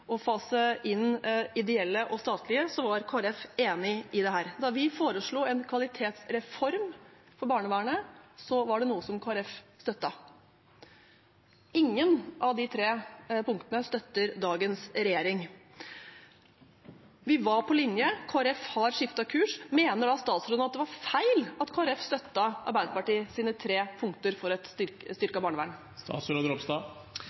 og fase inn ideelle og statlige, var Kristelig Folkeparti enig i dette. Da vi foreslo en kvalitetsreform for barnevernet, var det noe som Kristelig Folkeparti støttet. Ingen av de tre punktene støtter dagens regjering. Vi var på linje; Kristelig Folkeparti har skiftet kurs. Mener da statsråden at det var feil at Kristelig Folkeparti støttet Arbeiderpartiets tre punkter for et